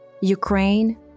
Ukraine